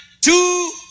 two